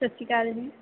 ਸਤਿ ਸ਼੍ਰੀ ਅਕਾਲ ਜੀ